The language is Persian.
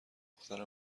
دختر